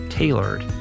Tailored